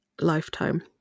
lifetime